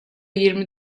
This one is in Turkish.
yirmi